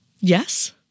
Yes